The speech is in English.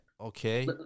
okay